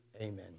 Amen